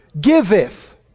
Giveth